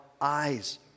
eyes